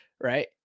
Right